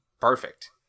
perfect